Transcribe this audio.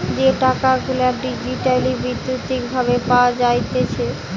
যে টাকা গুলা ডিজিটালি বৈদ্যুতিক ভাবে পাওয়া যাইতেছে